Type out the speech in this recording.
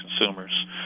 consumers